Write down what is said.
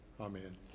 Amen